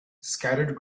scattered